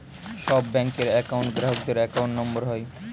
সব ব্যাঙ্কের একউন্ট গ্রাহকদের অ্যাকাউন্ট নম্বর হয়